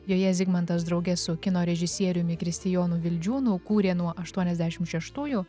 joje zigmantas drauge su kino režisieriumi kristijonu vildžiūnu kūrė nuo aštuoniasdešim šeštųjų